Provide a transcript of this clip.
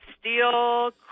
steel